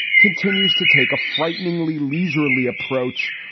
continues to take a frighteningly leisurely approach,